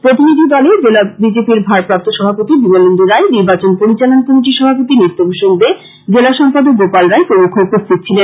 প্রতিনিধি দলে জেলা বিজেপির ভারপ্রাপ্ত সভাপতি বিমলেন্দু রায় নির্বাচন পরিচালন কমিটির সভাপতি নিত্যভূষন দে জেলা সম্পাদক গোপাল রায় প্রমুখ উপস্থিত ছিলেন